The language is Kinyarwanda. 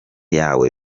yawe